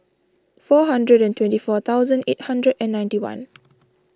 four hundred and twenty four thousand eight hundred and ninety one